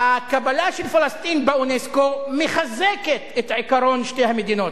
הקבלה של פלסטין לאונסק"ו מחזקת את עקרון שתי המדינות,